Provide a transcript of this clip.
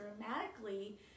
dramatically